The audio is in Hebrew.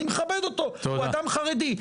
אני מכבד אותו הוא אדם חרדי.